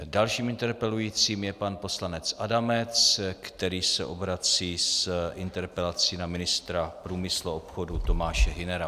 Dalším interpelujícím je pan poslanec Adamec, který se obrací s interpelací na ministra průmyslu a obchodu Tomáše Hünera.